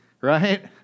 Right